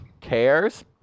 cares